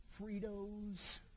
Fritos